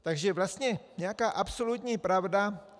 Takže vlastně nějaká absolutní pravda...